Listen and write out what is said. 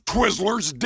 Twizzlers